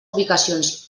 ubicacions